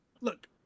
look